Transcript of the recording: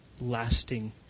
lasting